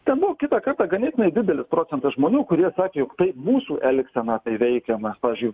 ten buvo kitą kartą ganėtinai didelis procentas žmonių kurie sakė jog tai mūsų elgseną tai veikia mes pavyzdžiui